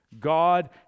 God